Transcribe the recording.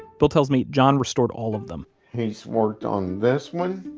bill tells me john restored all of them he's worked on this one,